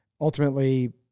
ultimately